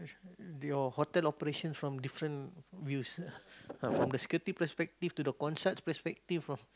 your hotel operation from different views from the security perspective to the concept perspective